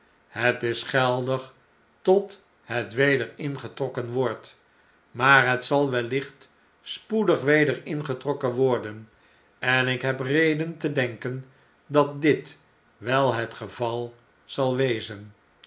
het is geldig tot het weder ingetrokken wordt maar het zal wellicht spoedig weder ingetrokken worden en ik heb reden te denken dat dit wel het geval zal wezen